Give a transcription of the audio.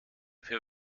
für